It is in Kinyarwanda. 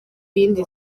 yindi